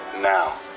now